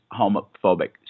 homophobic